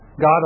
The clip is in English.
God